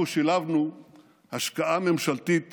אנחנו שילבנו השקעה ממשלתית